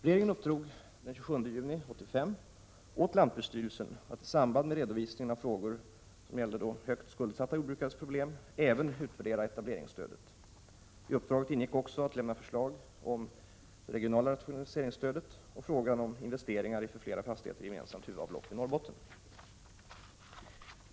Regeringen uppdrog den 27 juni 1985 åt lantbruksstyrelsen att i samband med redovisningen av frågor beträffande högt skuldsatta jordbrukares problem även utvärdera etableringsstödet. I uppdraget ingick också att lämna förslag beträffande det regionala rationaliseringsstödet och frågan om investeringar i för flera fastigheter gemensamt huvudavlopp i Norrbottens län.